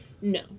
No